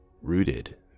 rooted